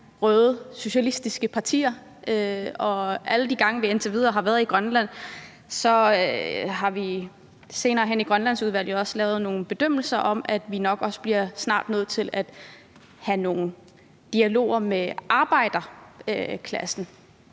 røde, socialistiske partier, og alle de gange, vi indtil videre har været i Grønland, har vi senere hen i Grønlandsudvalget vurderet, at vi nok også snart bliver nødt til at have nogle dialoger med arbejderklassen.